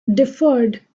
differed